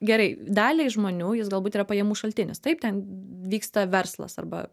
gerai daliai žmonių jis galbūt yra pajamų šaltinis taip ten vyksta verslas arba